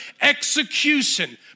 execution